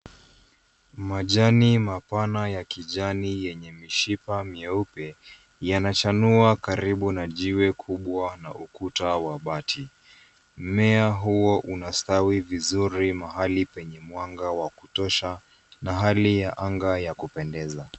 Majani mapana ya kijani yenye mishipa miyeupe, yanashanua karibu na jiwe kubwa na ukuta wa bati. Mmea huo unastawi vizuri mahali penye mwanga wa kutosha na hali ya anga ya kupendeza.